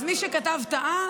אז מי שכתב טעה,